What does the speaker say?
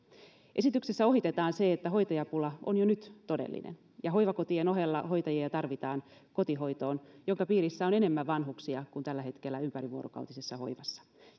esityksessä ohitetaan se että hoitajapula on jo nyt todellinen ja hoivakotien ohella hoitajia tarvitaan kotihoitoon jonka piirissä on enemmän vanhuksia kuin tällä hetkellä ympärivuorokautisessa hoivassa